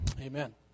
Amen